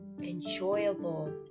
enjoyable